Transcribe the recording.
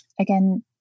again